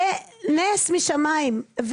זה נס משמיים.